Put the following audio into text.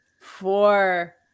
Four